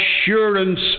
assurance